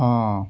ہاں